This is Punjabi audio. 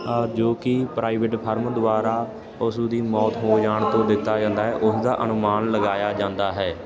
ਜੋ ਕਿ ਪ੍ਰਾਈਵੇਟ ਫਰਮ ਦੁਆਰਾ ਪਸ਼ੂ ਦੀ ਮੌਤ ਹੋ ਜਾਣ 'ਤੇ ਦਿੱਤਾ ਜਾਂਦਾ ਹੈ ਉਸਦਾ ਅਨੁਮਾਨ ਲਗਾਇਆ ਜਾਂਦਾ ਹੈ